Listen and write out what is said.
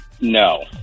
No